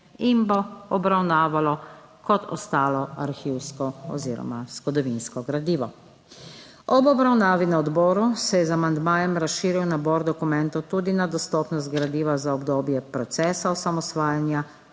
in bo obravnavalo kot ostalo arhivsko oziroma zgodovinsko gradivo. Ob obravnavi na odboru se je z amandmajem razširil nabor dokumentov tudi na dostopnost gradiva za obdobje procesa osamosvajanja